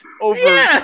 over